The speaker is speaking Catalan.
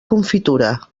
confitura